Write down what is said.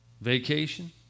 vacation